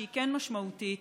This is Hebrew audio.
שהיא משמעותית